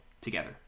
together